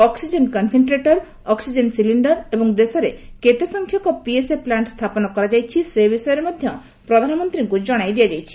oxygen concentrator oxygen cylinder ଏବଂ ଦେଶରେ କେତେ ସଂଖ୍ୟକ ପିଏସଏ ପ୍ଲାଣ୍ଟ ସ୍ଥାପନ କରାଯାଇଛି ସେ ବିଷୟରେ ମଧ୍ୟ ପ୍ରଧାନମନ୍ତ୍ରୀଙ୍କୁ ଜଣାଇ ଦିଆଯାଇଛି